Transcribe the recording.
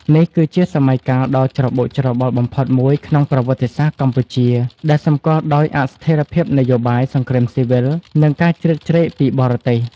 នេះគឺជាសម័យកាលដ៏ច្របូកច្របល់បំផុតមួយក្នុងប្រវត្តិសាស្ត្រកម្ពុជា ដែលសម្គាល់ដោយអស្ថិរភាពនយោបាយ សង្គ្រាមស៊ីវិល និងការជ្រៀតជ្រែកពីបរទេស។